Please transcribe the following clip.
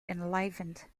enlivened